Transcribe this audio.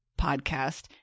Podcast